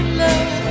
love